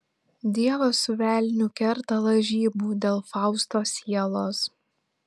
dievas su velniu kerta lažybų dėl fausto sielos